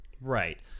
Right